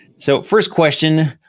so, first question,